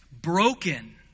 broken